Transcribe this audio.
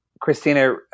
Christina